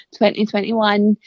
2021